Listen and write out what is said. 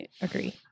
agree